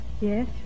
Yes